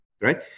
right